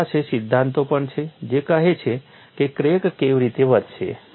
અમારી પાસે સિદ્ધાંતો પણ છે જે કહે છે કે ક્રેક કેવી રીતે વધશે